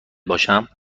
باشم